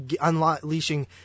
unleashing